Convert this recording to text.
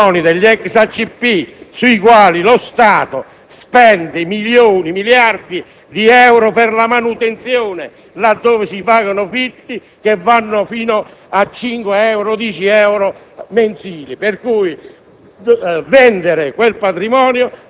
possiamo vendere i patrimoni degli ex IACP sui quali lo Stato spende milioni, miliardi di euro per la manutenzione, laddove si pagano affitti che vanno fino a 5-10 euro mensili.